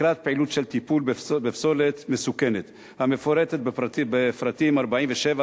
לקראת פעילות של טיפול בפסולת מסוכנת המפורטת בפרטים 47,